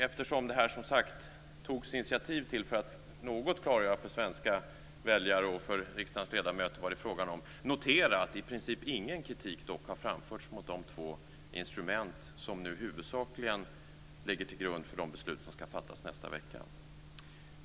Eftersom det togs initiativ till denna debatt för att något klargöra för svenska väljare och för riksdagens ledamöter vad det är frågan om vill jag dock notera att i princip ingen kritik har framförts mot de två instrument som huvudsakligen ligger till grund för de beslut som ska fattas nästa vecka.